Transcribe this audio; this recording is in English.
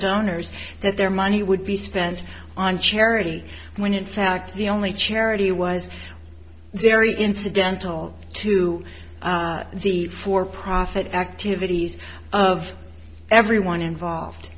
donors that their money would be spent on charity when in fact the only charity was very incidental to the for profit activities of everyone involved